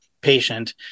patient